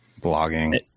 Blogging